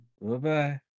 Bye-bye